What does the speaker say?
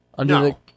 No